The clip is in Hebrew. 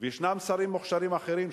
ויש שרים מוכשרים אחרים,